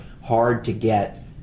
hard-to-get